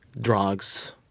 Drugs